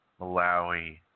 Malawi